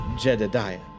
Jedediah